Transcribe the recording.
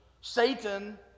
Satan